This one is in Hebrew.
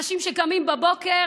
אנשים שקמים בבוקר,